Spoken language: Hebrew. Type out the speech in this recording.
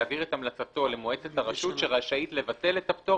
יעביר את המלצתו למועצת הרשות שרשאית לבטל את הפטור